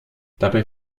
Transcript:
dabei